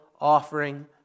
offering